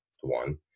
one